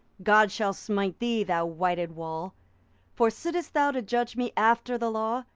god shall smite thee, thou whited wall for sittest thou to judge me after the law,